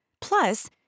Plus